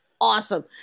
awesome